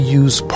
use